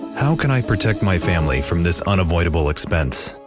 how can i protect my family from this unavoidable expense.